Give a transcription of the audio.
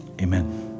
Amen